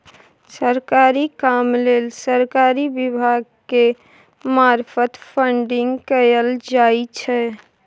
सरकारी काम लेल सरकारी विभाग के मार्फत फंडिंग कएल जाइ छै